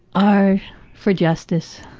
are for justice.